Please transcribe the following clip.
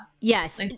Yes